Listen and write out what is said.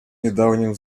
недавнем